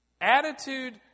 attitude